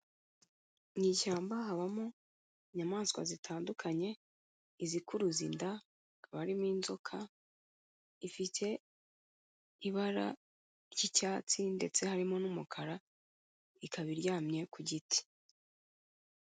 Mu ishyamba habamo inyamaswa zitandukanye, izikuruza inda, hakaba harimo inzoka, ifite ibara ry'icyatsi ndetse harimo n'umukara, ikaba iryamye ku giti.